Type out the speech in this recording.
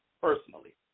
personally